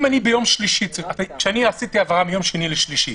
אם עשיתי העברה מיום שני לשלישי,